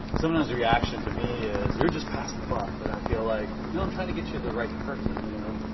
and sometimes the reaction to me is you're just passing the buck, but i feel like no, i'm trying to get you the right person, you know.